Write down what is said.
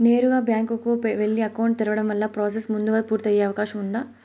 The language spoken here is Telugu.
నేరుగా బ్యాంకు కు వెళ్లి అకౌంట్ తెరవడం వల్ల ప్రాసెస్ ముందుగా పూర్తి అయ్యే అవకాశం ఉందా?